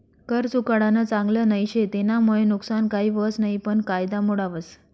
कर चुकाडानं चांगल नई शे, तेनामुये नुकसान काही व्हस नयी पन कायदा मोडावस